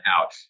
out